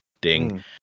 Ding